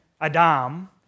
adam